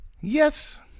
Yes